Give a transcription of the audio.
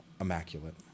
immaculate